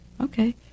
okay